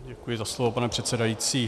Děkuji za slovo, pane předsedající.